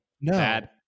No